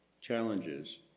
challenges